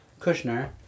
Kushner